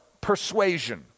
persuasion